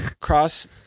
cross